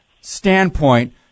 standpoint